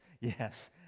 yes